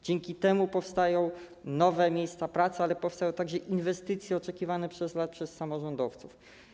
Dzięki temu powstają nowe miejsca pracy, ale powstają także inwestycje oczekiwane przez samorządowców.